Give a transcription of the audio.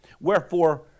Wherefore